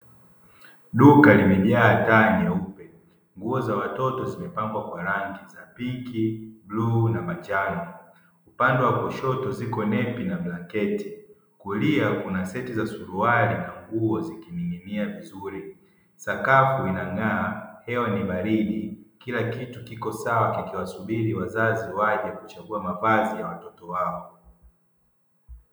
Duka limejaa taa nyeupe, nguo za watoto zimepangwa kwa rangi za pinki, bluu na manjano; upande wa kushoto ziko nepi na blanketi, kulia kuna seti za suruali na nguo zikining'inia vizuri. Sakafu inang'aa, hewa ni baridi, kila kitu kipo sawa kikiwasubiri wazazi waje kuchagua mavazi ya watoto wao.